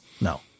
No